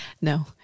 No